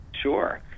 Sure